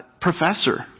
professor